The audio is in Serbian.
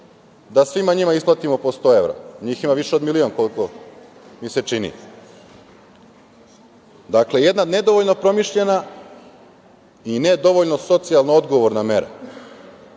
da svima njima isplatimo po 100 evra? Njih ima više od milion, koliko mi se čini. Dakle, jedna nedovoljno promišljena i ne dovoljno socijalno odgovorna mera,